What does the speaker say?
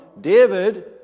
David